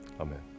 Amen